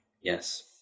yes